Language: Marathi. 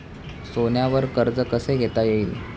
सोन्यावर कर्ज कसे घेता येईल?